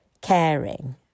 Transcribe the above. caring